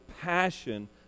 passion